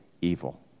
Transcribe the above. evil